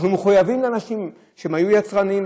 אנשים שהיו יצרנים,